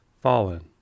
fallen